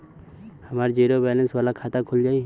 हमार zero balance वाला खाता खुल जाई?